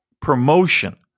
promotion